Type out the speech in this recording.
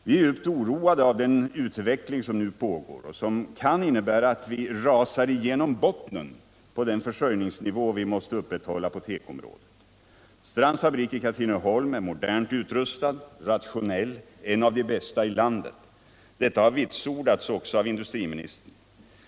Vi är djupt oroade av den utveckling som nu pågår, som kan innebära att vi rasar igenom botten på den försörjningsnivå som vi måste upprätthålla på tekoområdet. Strands fabrik i Katrineholm är modernt utrustad, rationell, en av de bästa i landet. Det har vitsordats också av industriministern.